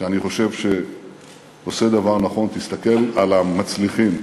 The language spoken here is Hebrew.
שאני חושב שעושה דבר נכון: תסתכל על המצליחים,